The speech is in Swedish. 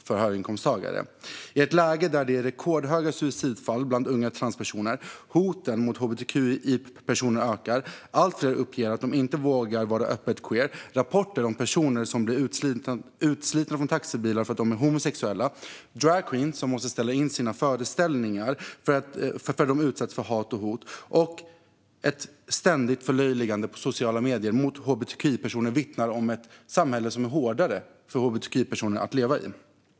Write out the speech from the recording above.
Att vi har ett läge där det är rekordhöga suicidfall bland unga transpersoner, där hoten mot hbtqi-personer ökar, där allt fler uppger att de inte vågar vara öppet queer, där det kommer rapporter om personer som blir utslitna från taxibilar därför att de är homosexuella, där dragqueens måste ställa in sina föreställningar för att de utsätts för hat och hot och där det sker ett ständigt förlöjligande på sociala medier av hbtqi-personer vittnar om ett samhälle som blir hårdare för hbtqi-personer att leva i.